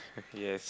yes